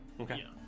Okay